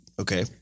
Okay